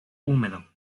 húmedo